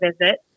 visit